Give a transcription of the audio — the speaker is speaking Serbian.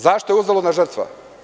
Zašto je uzaludna žrtva?